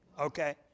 okay